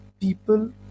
people